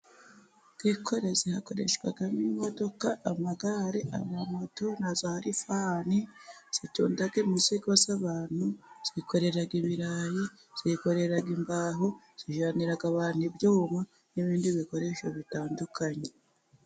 Mu bwikorezi hakoreshwamo imodoka, amagare, amamoto, na za rifani zitunda imizigo y'abantu, zikorera ibirayi, zikorera imbaho, zijyananira abantu ibyuma, n'ibindi bikoresho bitandukanye.